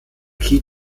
keep